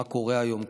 מה קורה היום,